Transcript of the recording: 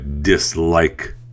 dislike